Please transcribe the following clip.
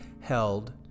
held